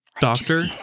Doctor